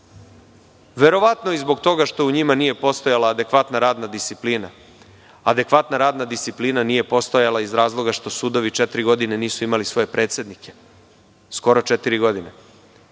Verovatno i zbog toga što i njima nije postojala adekvatna radna disciplina. Adekvatna radna disciplina nije postojala iz razloga što sudovi četiri godine nisu imali svoje predsednike, skoro četiri godine.